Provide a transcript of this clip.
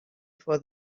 for